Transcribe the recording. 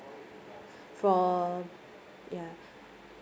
for ya